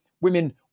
Women